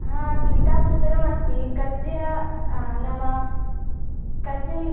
हा गीतापुस्तकमस्ति कस्य नाम कस्मिन्